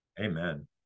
Amen